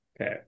Okay